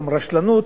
גם רשלנות,